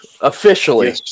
officially